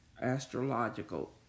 astrological